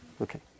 Okay